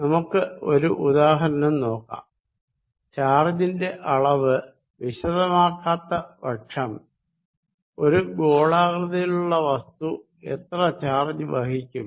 നമുക്ക് ഒരു ഉദാഹരണം നോക്കാം ചാർജിന്റെ അളവ് വിശദമാക്കാത്ത പക്ഷം ഒരു ഗോളാകൃതിയിലുള്ള വസ്തു എത്ര ചാർജ് വഹിക്കും